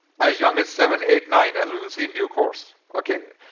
as young as seven, eight, nine as we will see in due course. okay?